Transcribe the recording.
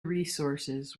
resources